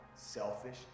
selfish